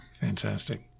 Fantastic